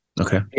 Okay